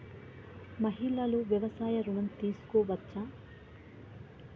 మహిళలు వ్యవసాయ ఋణం తీసుకోవచ్చా?